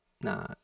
nah